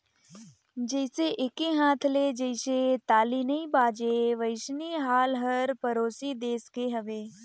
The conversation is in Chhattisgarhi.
जइसे एके हाथ ले जइसे ताली नइ बाजे वइसने हाल हर परोसी देस के हवे